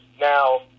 Now